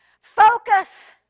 focus